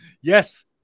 Yes